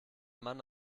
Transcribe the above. mann